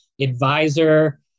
advisor